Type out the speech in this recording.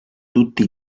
tutta